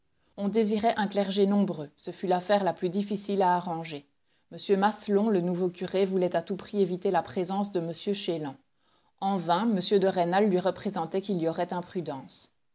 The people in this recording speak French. on désirait un clergé nombreux ce fut l'affaire la plus difficile à arranger m maslon le nouveau curé voulait à tout prix éviter la présence de m chélan en vain m de rênal lui représentait qu'il y aurait imprudence